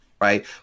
Right